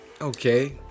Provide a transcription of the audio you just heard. okay